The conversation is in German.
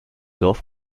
dorf